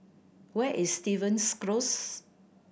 where is Stevens Close